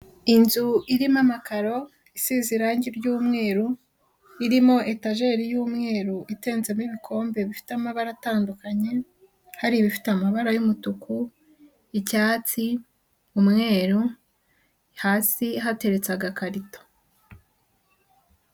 Inzu irimo amakaro isize irangi ry'umweru, irimo etajeri y'umweru itenzemo ibikombe bifite amabara atandukanye, hari ibifite amabara y'umutuku, icyatsi, umweru, hasi hateretse agakarito.